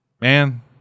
Man